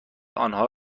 آنها